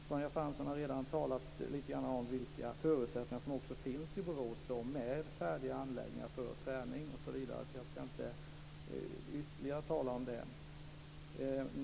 Sonja Fransson har redan talat lite grann om vilka förutsättningar som finns i Borås med färdiga anläggningar för träning, osv., så jag skall inte tala ytterligare om det.